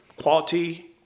quality